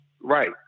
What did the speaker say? right